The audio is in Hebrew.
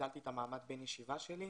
ביטלתי את מעמד בן ישיבה שלי.